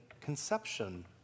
conception